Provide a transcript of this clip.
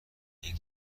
این